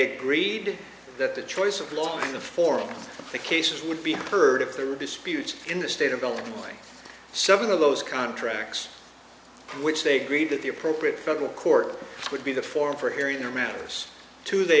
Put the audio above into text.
agreed that the choice of law in the for all the cases would be heard if there were disputes in the state of all seven of those contracts which they agreed that the appropriate federal court would be the forum for hearing or matters two they